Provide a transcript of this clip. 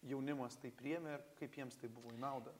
jaunimas tai priėmė ir kaip jiems tai buvo į naudą